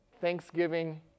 Thanksgiving